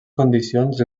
condicions